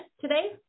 today